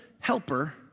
Helper